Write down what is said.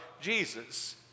Jesus